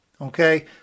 Okay